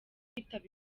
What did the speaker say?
kwitaba